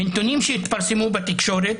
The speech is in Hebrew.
מנתונים שהתפרסמו בתקשורת,